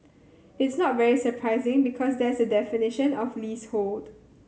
it's not very surprising because that's the definition of leasehold